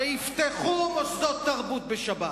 שיפתחו מוסדות תרבות בשבת,